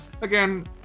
Again